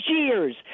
years